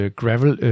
gravel